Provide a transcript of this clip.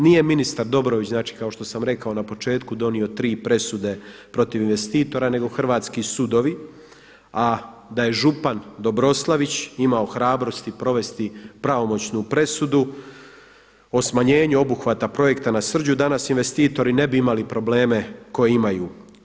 Nije ministar Dobrović, znači kako sam rekao na početku, donio tri presude protiv investitora nego hrvatski sudovi, a da je župan Dobroslavić imao hrabrosti provesti pravomoćnu presudu o smanjenju obuhvata projekta na Srđu danas investitori ne bi imali probleme koje imaju.